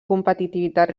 competitivitat